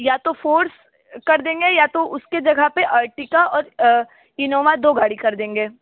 या तो फ़ोर्स कर देंगे या तो उसके जगह पर अर्टिका और इनोवा दो गाड़ी कर देंगे